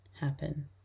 happen